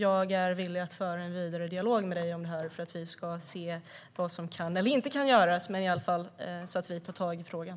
Jag är villig att föra en vidare dialog med dig om detta för att vi ska se vad som kan eller inte kan göras, i alla fall så att vi tar tag i frågan.